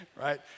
right